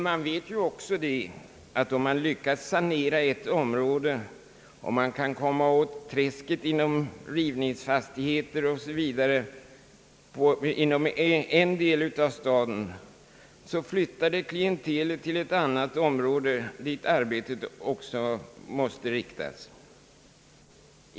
Man vet emellertid, att om man lyckas sanera ett område och kan komma åt träsket inom rivningsfastigheter i en del av staden, flyttar klientelet till ett annat område, på vilket saneringsarbetet då måste riktas.